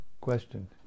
Question